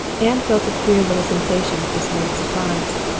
anne felt a queer little sensation of dismayed surprise.